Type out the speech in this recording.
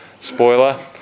Spoiler